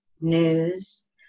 news